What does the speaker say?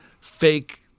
fake